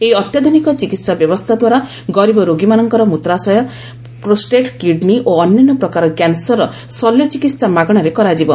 ଏହି ଅତ୍ୟାଧୁନିକ ଚିକିତ୍ସା ବ୍ୟବସ୍ଥାଦ୍ୱାରା ଗରିବ ରୋଗୀମାନଙ୍କର ମୃତ୍ରାଶୟ ପ୍ରୋଷ୍ଟେଟ୍ କିଡ୍ନୀ ଓ ଅନ୍ୟାନ୍ୟ ପ୍ରକାର କ୍ୟାନ୍ସର୍ର ଶଶ୍ୟ ଚିକିତ୍ସା ମାଗଣାରେ କରାଯିବ